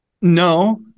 No